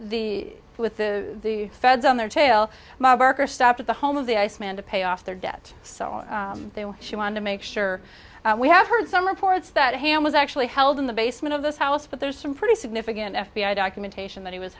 the with the feds on their tail barker stopped at the home of the iceman to pay off their debt so she wanted to make sure we have heard some reports that ham was actually held in the basement of this house but there's some pretty significant f b i documentation that he was